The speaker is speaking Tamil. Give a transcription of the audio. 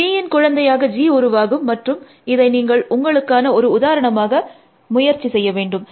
Bயின் குழந்தையாக G உருவாகும் மற்றும் இதை நீங்கள் உங்களுக்கான ஒரு உதாரணமாக நீங்கள் முயற்சி செய்ய வேண்டும்